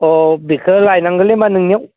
अ बेखौ लायनांगोनलै होमबा नोंनियाव